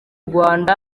rwanda